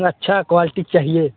अच्छी क्वालिटी चाहिए